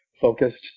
focused